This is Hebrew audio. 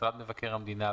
משרד מבקר המדינה,